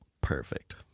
perfect